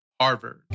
Harvard